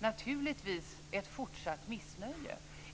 naturligtvis att möta ett fortsatt missnöje.